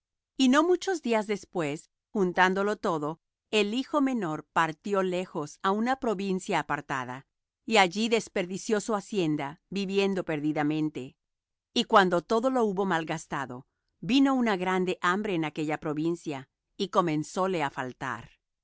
y no muchos días después juntándolo todo el hijo menor partió lejos á una provincia apartada y allí desperdició su hacienda viviendo perdidamente y cuando todo lo hubo malgastado vino una grande hambre en aquella provincia y comenzóle á faltar